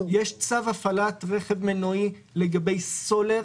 יש צו הפעלת רכב מנועי לגבי סולר,